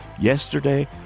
Yesterday